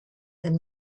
them